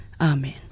Amen